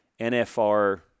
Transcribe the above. NFR